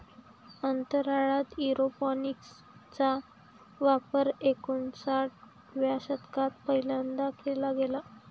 अंतराळात एरोपोनिक्स चा प्रकार एकोणिसाठ च्या दशकात पहिल्यांदा केला गेला